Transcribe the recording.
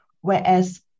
whereas